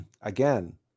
again